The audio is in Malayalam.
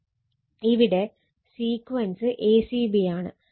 ഇവിടെ സീക്വൻസ് a c b ആണ്